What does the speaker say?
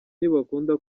ntibakunda